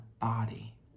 body